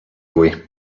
lui